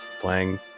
playing